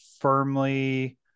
firmly